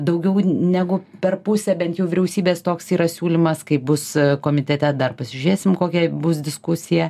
daugiau negu per pusę bent jau vyriausybės toks yra siūlymas kaip bus komitete dar pažiūrėsim kokia bus diskusija